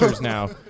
now